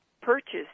purchased